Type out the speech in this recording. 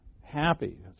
happy